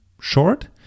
short